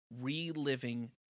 reliving